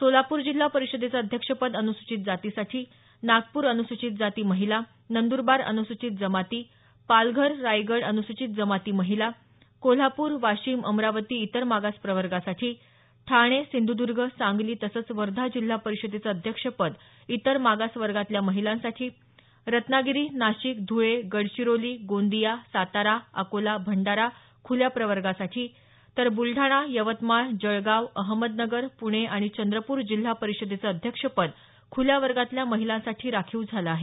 सोलापूर जिल्हा परिषदेचं अध्यक्षपद अनुसूचित जातीसाठी नागपूर अनुसूचित जाती महिला नंदरबार अनुसूचित जमाती पालघर रायगड अनुसूचित जमाती महिला कोल्हापूर वाशीम अमरावती इतर मागास प्रवर्गासाठी ठाणे सिंधुदूर्ग सांगली तसंच वर्धा जिल्हा परिषदेचं अध्यक्षपद इतर मागासवर्गातल्या महिलांसाठी रत्नागिरी नाशिक धुळे गडचिरोली गोंदिया सातारा अकोला भंडारा खुल्या प्रवर्गासाठी तर बुलडाणा यवतमाळ जळगाव अहमदनगर प्णे आणि चंद्रपूर जिल्हा परिषदेचं अध्यक्षपद खुल्या वर्गातल्या महिलांसाठी राखीव झालं आहे